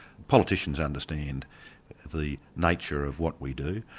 politicians understand the nature of what we do.